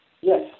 Yes